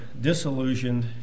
disillusioned